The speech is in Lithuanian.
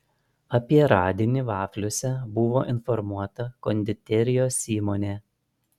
apie radinį vafliuose buvo informuota konditerijos įmonė